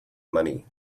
money